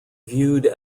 viewed